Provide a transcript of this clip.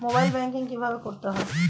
Mobile banking কীভাবে করতে হয়?